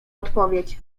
odpowiedź